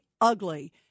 ugly